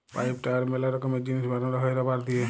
pipe, tyre ম্যালা রকমের জিনিস বানানো হ্যয় রাবার দিয়ে